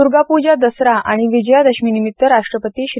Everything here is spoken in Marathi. द्र्गापूजा दसरा आणि विजयादशमीनिमित्त राष्ट्रपती श्री